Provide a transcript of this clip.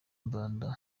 mbanda